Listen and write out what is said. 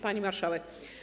Pani Marszałek!